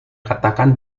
katakan